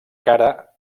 cara